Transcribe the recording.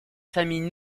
familles